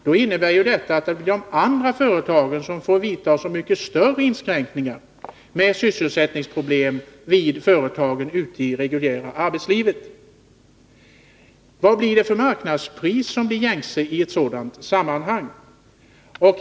Då innebär detta att det blir de andra företagen som får vidta så mycket större inskränkningar, med sysselsättningsproblem vid företagen ute i det reguljära arbetslivet som följd. Vilka marknadspriser blir gängse i ett sådant sammanhang?